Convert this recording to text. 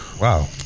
Wow